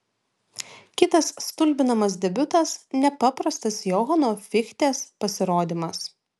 kitas stulbinamas debiutas nepaprastas johano fichtės pasirodymas